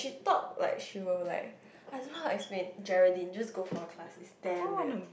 talk like she will like I don't know how to explain Geraldine just go for her class it's damn weird